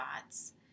thoughts